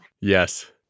Yes